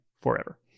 forever